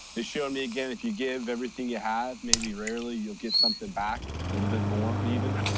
it showed me again if you give everything you have, maybe rarely you'll get something back, a little bit more even.